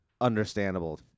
understandable